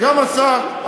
וגם השר,